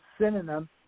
synonym